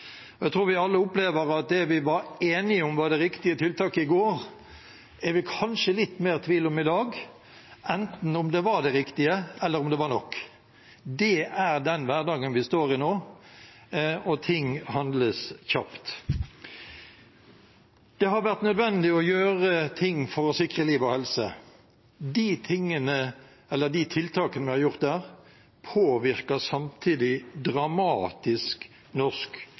og det stiller store krav til evnen til å styre fra dag til dag, når det eskalerer. Jeg tror vi alle opplever at det vi var enige om var det riktige tiltaket i går, er vi kanskje litt mer i tvil om i dag, enten om det var det riktige, eller om det var nok. Det er den hverdagen vi står i nå, og det handles kjapt. Det har vært nødvendig å gjøre ting for å sikre liv og helse. De tiltakene vi har gjort der,